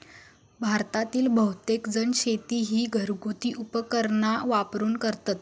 भारतातील बहुतेकजण शेती ही घरगुती उपकरणा वापरून करतत